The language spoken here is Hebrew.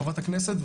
חברת הכנסת,